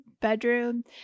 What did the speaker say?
bedroom